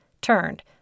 turned